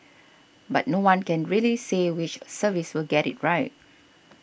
but no one can really say which service will get it right